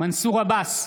מנסור עבאס,